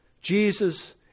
Jesus